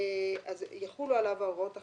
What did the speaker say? אז יחולו עליו ההוראות החדשות.